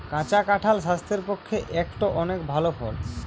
কাঁচা কাঁঠাল স্বাস্থ্যের পক্ষে একটো অনেক ভাল ফল